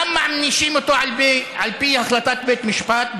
גם מענישים אותו על פי החלטת בית משפט,